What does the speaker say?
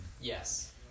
Yes